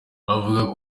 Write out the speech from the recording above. avuga